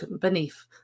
beneath